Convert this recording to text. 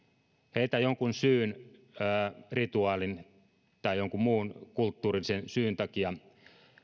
heitän jonkun syyn rituaalin tai jonkun muun kulttuurisen syyn takia